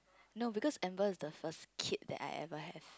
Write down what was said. no because Amber is the first kid that I ever have